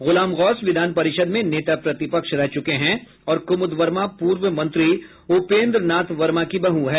गुलाम गौस विधान परिषद में नेता प्रतिपक्ष रह चुके हैं और कुमुद वर्मा पूर्व मंत्री उपेन्द्र नाथ वर्मा की बहू हैं